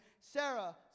Sarah